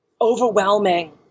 overwhelming